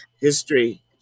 History